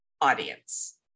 audience